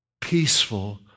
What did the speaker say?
peaceful